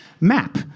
map